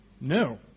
no